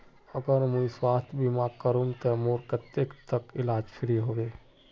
अगर मुई स्वास्थ्य बीमा करूम ते मोर कतेक तक इलाज फ्री होबे?